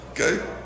Okay